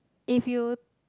if you